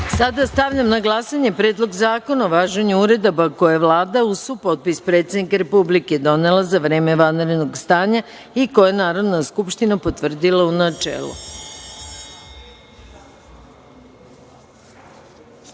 stavljam na glasanje Predlog zakona o važenju uredaba koje je Vlada uz supotpis predsednika Republike donela za vreme vanrednog stanja i koje je Narodna skupština potvrdila, u